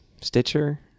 Stitcher